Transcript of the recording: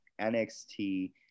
NXT